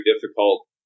difficult